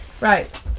right